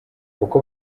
uko